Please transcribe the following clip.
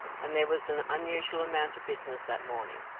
and there was an unusual amount of business that morning.